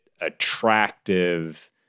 attractive